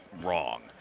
wrong